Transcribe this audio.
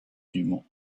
dumont